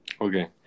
Okay